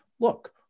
look